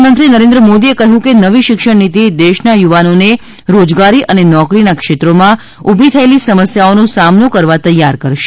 પ્રધાનમંત્રી નરેન્દ્ર મોદીએ કહ્યું છે કે નવી શિક્ષણ નીતિ દેશના યુવાનોને રોજગારી અને નોકરીઓના ક્ષેત્રોમાં ઉભી થયેલી સમસ્યાઓનો સામનો કરવા તૈયાર કરશે